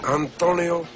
antonio